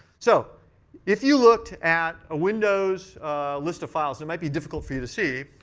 so if you looked at a windows list of files, it might be difficult for you to see,